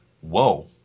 whoa